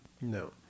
No